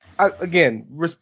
Again